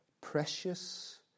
precious